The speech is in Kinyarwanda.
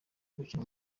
gukina